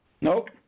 Nope